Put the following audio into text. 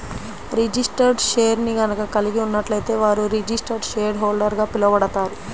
registered షేర్ని గనక కలిగి ఉన్నట్లయితే వారు రిజిస్టర్డ్ షేర్హోల్డర్గా పిలవబడతారు